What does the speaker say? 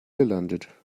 gelandet